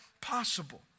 possible